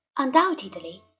Undoubtedly